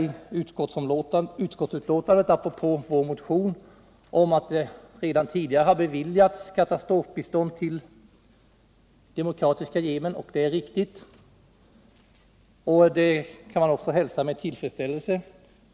Det talas i utskottsbetänkandet, apropå vår motion, om att det redan tidigare har beviljats katastrofbistånd till Demokratiska folkrepubliken Yemen. Det är viktigt, och det kan man också hälsa med tillfredsställelse.